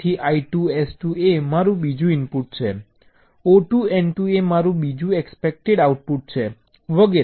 તેથી I2 S2 એ મારું બીજું ઇનપુટ છે O2 N2 એ મારું બીજું એક્સપેક્ટેડ આઉટપુટ છે વગેરે